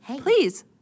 Please